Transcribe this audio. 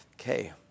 Okay